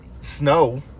snow